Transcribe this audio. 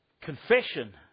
confession